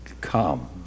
come